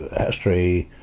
history,